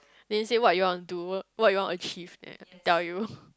then say what you want do what you want to achieve and tell you